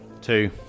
two